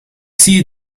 zie